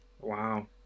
Wow